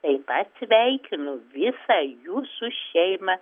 taip pat sveikinu visą jūsų šeimą